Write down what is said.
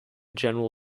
general